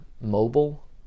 mobile